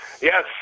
Yes